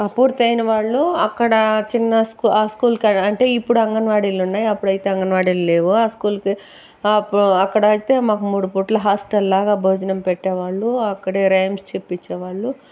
పూర్తయిన వాళ్ళు అక్కడ చిన్న ఆ స్కూల్ కాడ అంటే ఇప్పుడు అంగనవాడీలు ఉన్నాయి అప్పుడైతే అంగనవాడీలు లేవు ఆ స్కూల్కి అక్కడైతే మాకు మూడు పూట్ల హాస్టల్లాగా భోజనం పెట్టేవాళ్ళు అక్కడే రైమ్స్ చెప్పిచ్చేవాళ్ళు